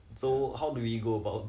!wah! not cheap leh eh